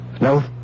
No